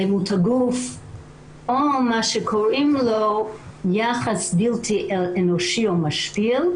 שלמות הגוף או מה שקוראים לו יחס בלתי אנושי או משפיל,